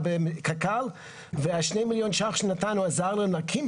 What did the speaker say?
בקק"ל ו-2 מיליון ₪ שנתנו עזר להם לקום,